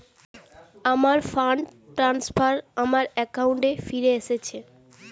আমার fund transfer আমার অ্যাকাউন্টে ফিরে এসেছে